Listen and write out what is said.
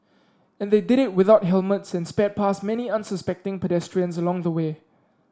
and they did it without helmets and sped past many unsuspecting pedestrians along the way